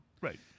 Right